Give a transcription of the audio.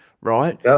right